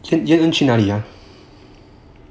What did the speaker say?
then 会去哪里 ah